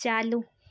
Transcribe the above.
چالو